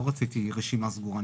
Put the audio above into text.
לא רציתי רשימה סגורה.